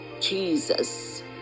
jesus